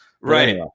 Right